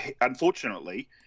unfortunately